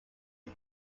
his